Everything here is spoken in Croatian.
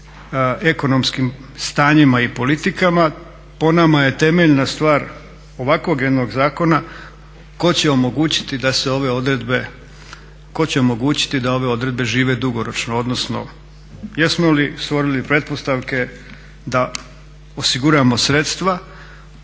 ekonomskim stanjima i politikama. Po nama je temeljna stvar ovakvog jednog ko će omogućiti da se ove odredbe žive dugoročno, odnosno jesmo li stvorili pretpostavke da osiguramo sredstava